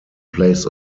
plays